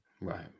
right